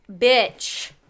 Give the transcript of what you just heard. bitch